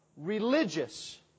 Religious